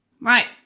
Right